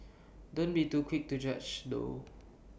don't be too quick to judge though